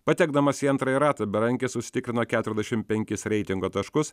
patekdamas į antrąjį ratą berankis užsitikrino keturiasdešimt penkis reitingo taškus